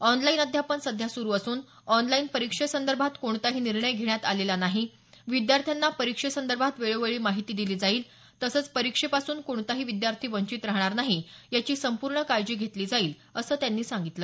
online अध्यापन सध्या सुरू असून ऑनलाईन परीक्षासंदर्भात कोणताही निर्णय घेण्यात आलेला नाही विद्यार्थ्यांना परीक्षेसंदर्भात वेळोवेळी माहिती दिली जाईल तसंच परीक्षेपासून कोणताही विद्यार्थी वंचित राहणार नाही याची संपूर्ण काळजी घेतली जाईल असं त्यांनी सांगितलं